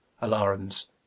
Alarms